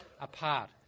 apart